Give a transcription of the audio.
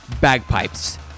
bagpipes